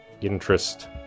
interest